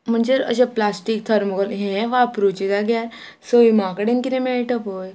म्हणजे अशे plastic thermocol हे वापरचे जाग्यार सैमा कडेन कितें मेळटा पळय